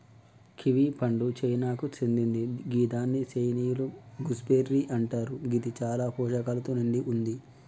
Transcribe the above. kiwi పండు చైనాకు సేందింది గిదాన్ని చైనీయుల గూస్బెర్రీ అంటరు గిది చాలా పోషకాలతో నిండి వుంది